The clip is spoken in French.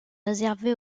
réservés